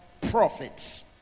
prophets